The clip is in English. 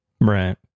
Right